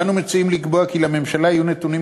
אנו מציעים לקבוע כי לממשלה יהיו נתונים,